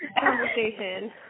Conversation